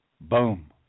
Boom